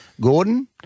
Gordon